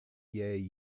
yeah